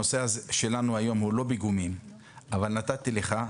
הנושא שלנו היום הוא לא פיגומים אבל נתתי לך.